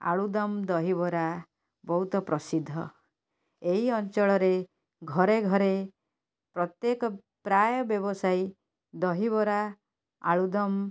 ଆଳୁଦମ୍ ଦହିବରା ବହୁତ ପ୍ରସିଦ୍ଧ ଏହି ଅଞ୍ଚଳରେ ଘରେ ଘରେ ପ୍ରତ୍ୟେକ ପ୍ରାୟ ବ୍ୟବସାୟୀ ଦହିବରା ଆଳୁଦମ୍